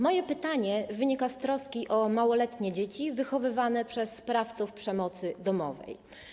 Moje pytanie wynika z troski o małoletnie dzieci wychowywane przez sprawców przemocy domowej.